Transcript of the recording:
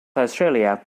australia